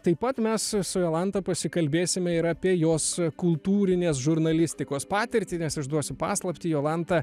taip pat mes su jolanta pasikalbėsime ir apie jos kultūrinės žurnalistikos patirtį nes išduosiu paslaptį jolanta